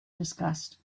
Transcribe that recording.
discussed